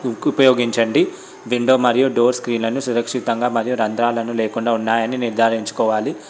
కూకు ఉపయోగించండి విండో మరియు డోర్స్ స్క్రీన్లను సురక్షితంగా మరియు రంద్రాలను లేకుండా ఉన్నాయని నిర్ధారించుకోవాలి